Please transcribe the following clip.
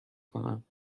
کنم